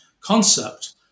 concept